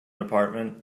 apartment